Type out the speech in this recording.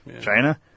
China